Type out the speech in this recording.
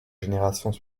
générations